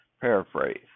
Paraphrase